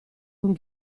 con